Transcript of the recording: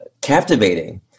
captivating